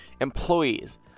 employees